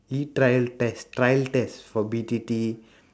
e-trial test trial test for B_T_T